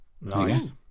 Nice